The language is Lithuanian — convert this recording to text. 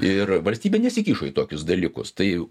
ir valstybė nesikišo į tokius dalykus tai